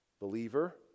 Believer